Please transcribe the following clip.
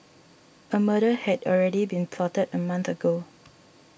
a murder had already been plotted a month ago